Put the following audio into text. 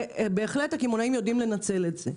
בהחלט הקמעונאים יודעים לנצל את זה.